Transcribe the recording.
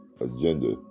agenda